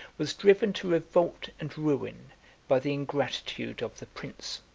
was driven to revolt and ruin by the ingratitude of the prince